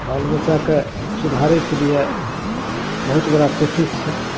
बाल बच्चाकेँ सुधारैके लिए बहुत बड़ा कोशिश छै